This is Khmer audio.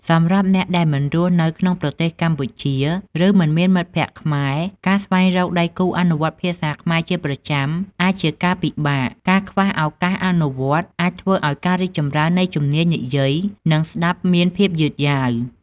សម្រាប់អ្នកដែលមិនរស់នៅក្នុងប្រទេសកម្ពុជា ឬមិនមានមិត្តភក្តិខ្មែរ ការស្វែងរកដៃគូអនុវត្តភាសាខ្មែរជាប្រចាំអាចជាការពិបាក។ ការខ្វះឱកាសអនុវត្តអាចធ្វើឱ្យការរីកចម្រើននៃជំនាញនិយាយ និងស្តាប់មានភាពយឺតយ៉ាវ។